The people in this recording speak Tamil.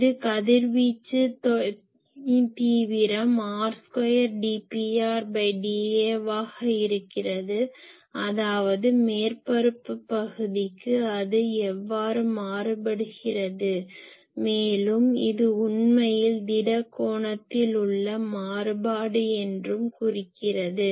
இது கதிர்வீச்சு தீவிரம் r2dPrdAவாக இருக்கிறது அதாவது மேற்பரப்பு பகுதிக்கு அது எவ்வாறு மாறுபடுகிறது மேலும் இது உண்மையில் திட கோணத்தில் உள்ள மாறுபாடு என்றும் குறிக்கிறது